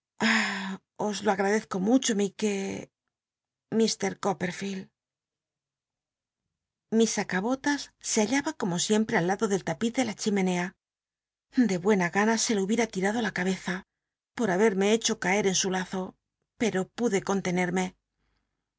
os lo agradezco mucho mi que coppcrficld mis acabó se hallaba como siempre al lado del tapiz de la chimenea ele buena gana se lo hubiera tirado lara por haherme hecho cae en su lazo pero pude contcncmc